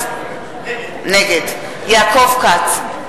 נגד יעקב כץ,